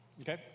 okay